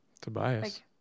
Tobias